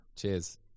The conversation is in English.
Cheers